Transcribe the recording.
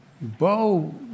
Bo